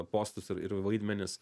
postus ir ir vaidmenis